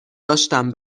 داشتم